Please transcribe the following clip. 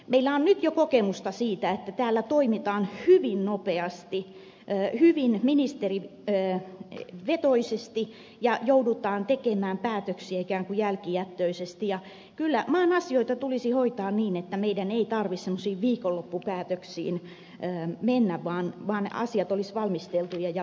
meillä on nyt jo kokemusta siitä että täällä toimitaan hyvin nopeasti hyvin ministerivetoisesti ja joudutaan tekemään päätöksiä ikään kuin jälkijättöisesti ja kyllä maan asioita tulisi hoitaa niin että meidän ei tarvitse semmoisiin viikonloppupäätöksiin mennä vaan ne asiat olisivat valmisteltuja ja pitkäjänteisiä